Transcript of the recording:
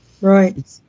Right